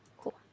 cool